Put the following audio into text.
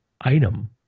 item